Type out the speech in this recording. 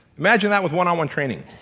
imagine that with one-on-one training.